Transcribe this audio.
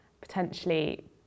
potentially